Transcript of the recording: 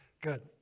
good